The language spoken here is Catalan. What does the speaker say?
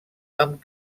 amb